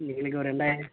எனக்கு ஒரு ரெண்டாயிரம்